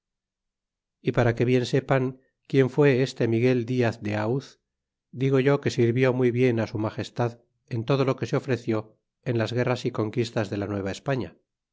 y para que bien sepan quien fue este miguel diaz de auz digo yo que sirvió muy bien su magestad en todo lo que se ofreció en las guerras y conquistas de la